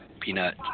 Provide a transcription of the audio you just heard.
Peanut